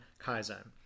Kaizen